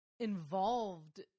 Involved